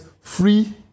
free